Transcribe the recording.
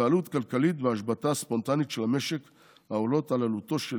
ועלות כלכלית והשבתה ספונטנית של המשק העולות על עלותו של